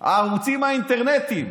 הערוצים האינטרנטיים,